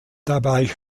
dabei